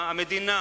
המדינה